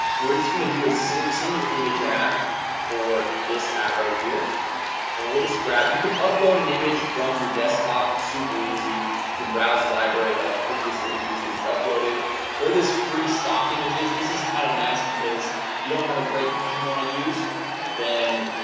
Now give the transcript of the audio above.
we're just gonna do a single image ad for this ad right here and we'll just grab you can upload an image from your desktop super easy you can browse the library of previous images that you've uploaded or this free stock images this is kind of nice because you don't have a great picture you want to use then?